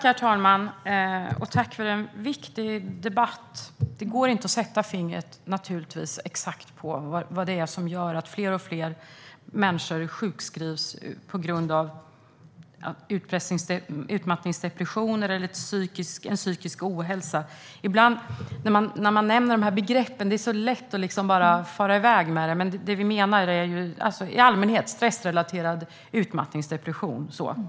Herr talman! Tack för en viktig debatt! Det går naturligtvis inte att sätta fingret på exakt vad det är som gör att fler och fler människor sjukskrivs på grund av utmattningsdepression eller psykisk ohälsa. När man nämner de här begreppen är det så lätt att bara fara iväg, men det vi menar är i allmänhet stressrelaterad utmattningsdepression.